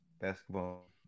basketball